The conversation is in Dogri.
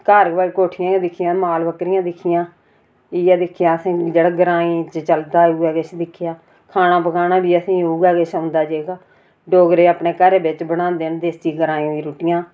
घर उऐ कोठियां गै दिक्खियां न माल बकरियां के दिक्खियां इयै दिक्खेआ असें जेह्ड़ा ग्राएं च चलदा ऐ उऐ किश दिक्खेआ खाना पकाना बी असेंगी उऐ किश औंदा जेह्का डोगरे अपने घरें बिच बनांदे न देसी ग्राएं दी रुट्टियां